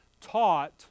taught